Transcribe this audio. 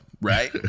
right